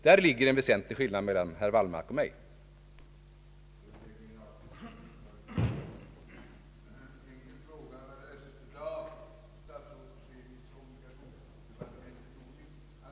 Däri ligger en väsentlig skillnad mellan herr Wallmarks och min uppfattning.